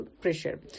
pressure